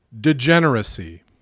degeneracy